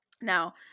Now